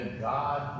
God